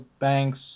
banks